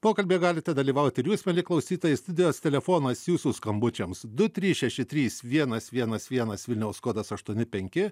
pokalbyje galite dalyvauti ir jūs mieli klausytojai studijos telefonas jūsų skambučiams du trys šeši trys vienas vienas vienas vilniaus kodas aštuoni penki